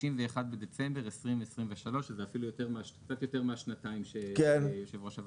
(31 בדצמבר 2023). שזה אפילו קצת יותר מהשנתיים שביקש היושב ראש.